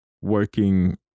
working